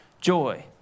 joy